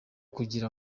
kugira